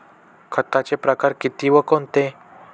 खताचे प्रकार किती व कोणते?